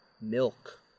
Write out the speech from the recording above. milk